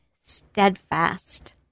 steadfast